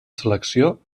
selecció